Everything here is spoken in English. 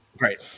right